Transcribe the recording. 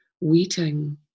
waiting